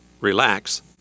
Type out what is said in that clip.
relax